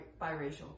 biracial